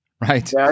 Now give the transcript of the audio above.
right